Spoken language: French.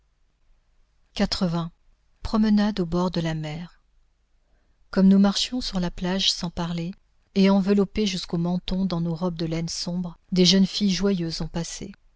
promenade au bord de la mer comme nous marchions sur la plage sans parler et enveloppées jusqu'au menton dans nos robes de laine sombre des jeunes filles joyeuses ont passé